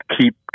keep